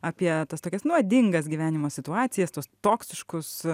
apie tas tokias nuodingas gyvenimo situacijas tuos toksiškus